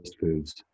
foods